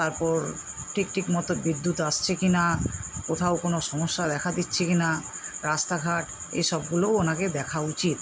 তারপর ঠিক ঠিক মতো বিদ্যুৎ আসছে কিনা কোথাও কোনও সমস্যা দেখা দিচ্ছে কিনা রাস্তাঘাট এসবগুলোও ওনাকে দেখা উচিত